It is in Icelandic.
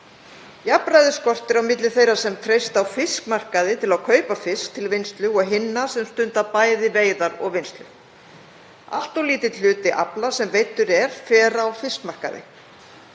Jafnræði skortir á milli þeirra sem treysta á fiskmarkaði til að kaupa fisk til vinnslu og hinna sem stunda bæði veiðar og vinnslu. Allt of lítill hluti afla sem veiddur er fer á fiskmarkaði